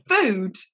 food